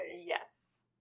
yes